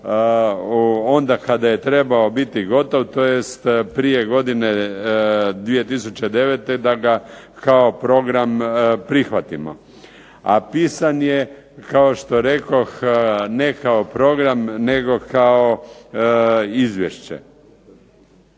onda kada je trebao biti gotov, tj. prije godine 2009. da ga kao program prihvatimo. A pisan je kao što rekoh ne kao program nego kao izvješće.